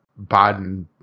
Biden